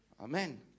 Amen